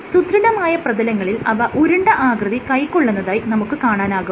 സുദൃഢമായ പ്രതലങ്ങളിൽ അവ ഉരുണ്ട ആകൃതി കൈകൊള്ളുന്നതായി നമുക്ക് കാണാനാകും